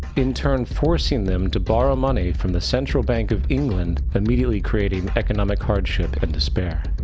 in turn forcing them to borrow money from the central bank of england immediatly creating economic hardship and despair.